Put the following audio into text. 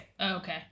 Okay